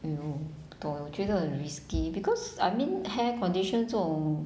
!aiyo! 不懂 eh 我觉得很 risky because I mean hair condition 这种